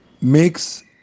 makes